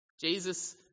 Jesus